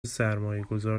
سرمایهگذار